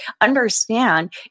understand